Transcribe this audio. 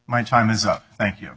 my time is up thank you